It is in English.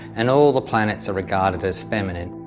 and all the planets are regarded as feminine,